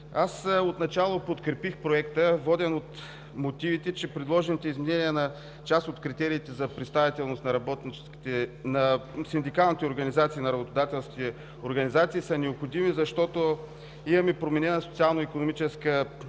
Отначало подкрепих Законопроекта, воден от мотивите, че предложените изменения на част от критериите за представителност на синдикалните и работодателските организации са необходими, защото имаме променена социално-икономическа обстановка,